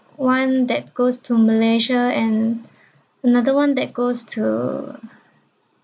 one that goes to malaysia and another one that goes to